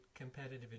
competitive